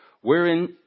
wherein